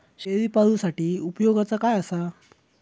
शेळीपाळूसाठी उपयोगाचा काय असा?